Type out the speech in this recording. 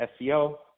SEO